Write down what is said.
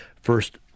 first